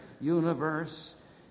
universe